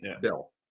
bill